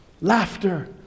laughter